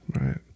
Right